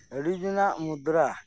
ᱟᱹᱰᱤ ᱫᱤᱱᱟᱜ ᱢᱩᱫᱽᱨᱟ